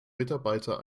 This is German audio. mitarbeiter